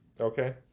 Okay